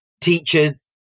teachers